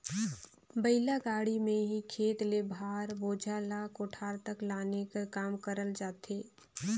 बइला गाड़ी मे ही खेत ले भार, बोझा ल कोठार तक लाने कर काम करल जाथे